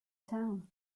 town